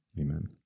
Amen